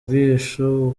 bwihisho